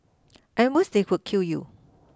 at most they could kill you